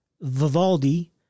Vivaldi